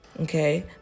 okay